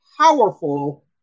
powerful